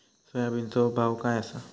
सोयाबीनचो भाव काय आसा?